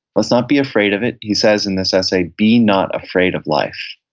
let's not be afraid of it. he says in this essay, be not afraid of life,